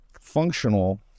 functional